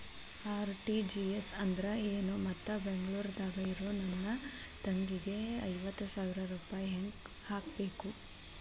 RTGS ಅಂದ್ರ ಏನು ಮತ್ತ ಬೆಂಗಳೂರದಾಗ್ ಇರೋ ನನ್ನ ತಂಗಿಗೆ ಐವತ್ತು ಸಾವಿರ ರೂಪಾಯಿ ಹೆಂಗ್ ಹಾಕಬೇಕು?